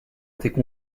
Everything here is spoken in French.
étaient